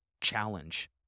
challenge